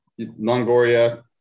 Longoria